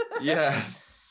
Yes